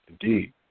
Indeed